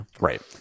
Right